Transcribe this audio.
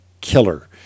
killer